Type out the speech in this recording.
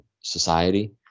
society